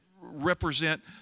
represent